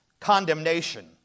condemnation